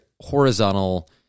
horizontal